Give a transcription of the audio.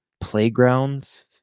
playgrounds